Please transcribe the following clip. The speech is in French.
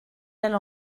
elle